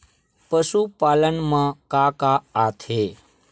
पशुपालन मा का का आथे?